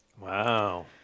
Wow